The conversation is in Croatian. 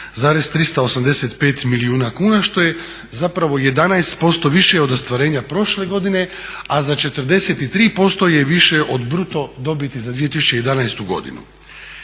76,385 milijuna kuna, što je zapravo 11% više od ostvarenja prošle godine, a za 43% je više od bruto dobiti za 2011. godinu.